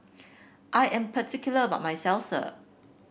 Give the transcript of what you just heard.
I am particular about my Salsa